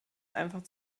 einfach